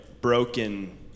broken